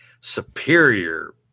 superior